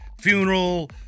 funeral